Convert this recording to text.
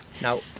Now